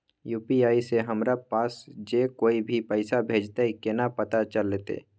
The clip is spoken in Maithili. यु.पी.आई से हमरा पास जे कोय भी पैसा भेजतय केना पता चलते?